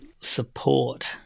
support